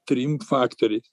trim faktoriais